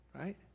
Right